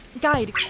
Guide